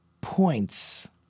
points